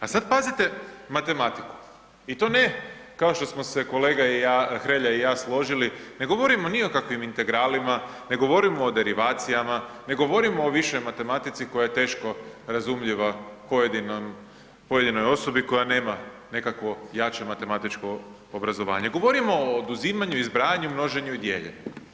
A sad pazite matematiku i ne to kao što se kolega Hrelja i ja složili, ne govorimo ni o kakvim integralima, ne govorimo o derivacijama, ne govorimo o višoj matematici koja je teško razumljiva pojedinoj osobi koja nema nekakvo jače matematičko obrazovanje, govorimo o oduzimanju i zbrajanju, množenju i dijeljenju.